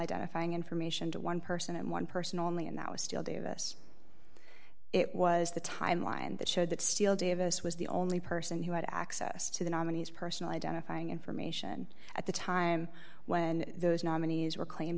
identifying information to one person and one person only and that was still davis it was the timeline that showed that steele davis was the only person who had access to the nominees personal identifying information at the time when those nominees were claim